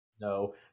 No